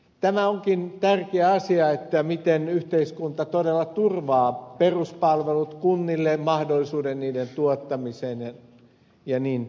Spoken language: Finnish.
tämä onkin tärkeä asia että miten yhteiskunta todella turvaa peruspalvelut kunnille mahdollisuuden niiden tuottamiseen ja niin edelleen